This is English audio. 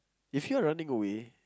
if you are running away